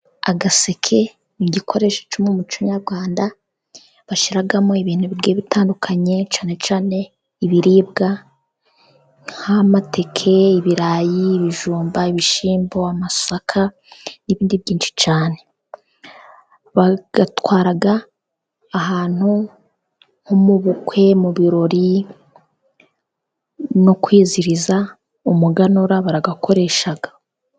Agaseke ni igikoresho cyo mu muco nyarwanda, bashyiramo ibintu bigiye bitandukanye cyane cyane ibiribwa ,nk'amateke, ibirayiibijumba, ibishyimbo, amasaka n'ibindi byinshi cyane, bagatwara ahantu, nko mu bukwe, mu birori, no kwizihiriza umuganura baragakoresha.